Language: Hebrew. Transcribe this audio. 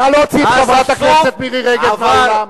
נא להוציא את חברת הכנסת מירי רגב מהאולם.